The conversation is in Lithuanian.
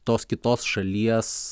tos kitos šalies